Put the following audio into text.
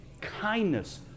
kindness